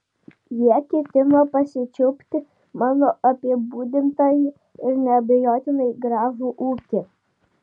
jie ketino pasičiupti mano apibūdintąjį ir neabejotinai gražų ūkį